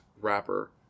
wrapper